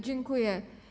Dziękuję.